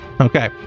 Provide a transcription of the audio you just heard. Okay